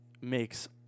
makes